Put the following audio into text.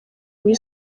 muri